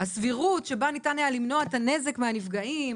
הסבירות שבה ניתן היה למנוע את הנזק מהנפגעים,